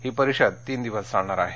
ही परिषद तीन दिवस चालणार आहे